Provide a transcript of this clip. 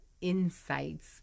insights